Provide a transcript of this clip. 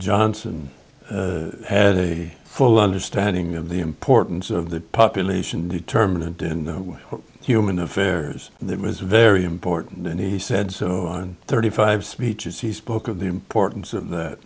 johnson had a full understanding of the importance of the population determinant in human affairs and it was very important and he said so on thirty five speeches he spoke of the importance of